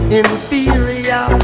inferior